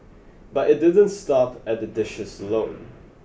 but it didn't stop at the dishes alone